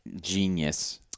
genius